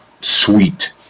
sweet